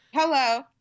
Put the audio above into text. Hello